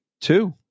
two